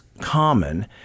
common